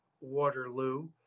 Waterloo